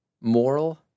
moral